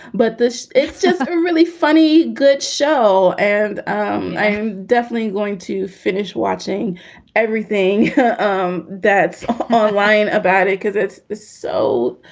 but this is just really funny. good show and um i am definitely going to finish watching everything um that's online about it because it's so,